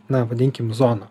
na vadinkim zoną